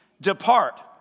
Depart